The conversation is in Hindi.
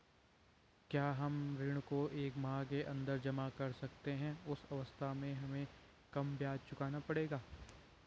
क्या हम ऋण को एक माह के अन्दर जमा कर सकते हैं उस अवस्था में हमें कम ब्याज चुकाना पड़ेगा?